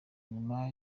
nyuma